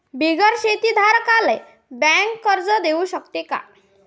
बिगर शेती धारकाले बँक कर्ज देऊ शकते का?